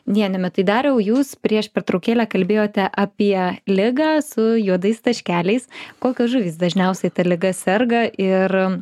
nieniumi tai dariau jūs prieš pertraukėlę kalbėjote apie ligą su juodais taškeliais kokios žuvys dažniausiai ta liga serga ir